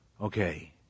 Okay